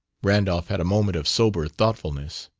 randolph had a moment of sober thoughtfulness.